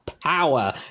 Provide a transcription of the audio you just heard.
power